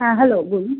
হ্যাঁ হ্যালো বলুন